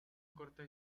corta